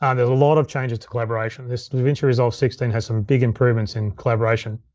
and there's a lot of changes to collaboration. this davinci resolve sixteen has some big improvements in collaboration.